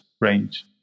range